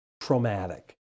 traumatic